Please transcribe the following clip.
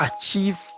achieve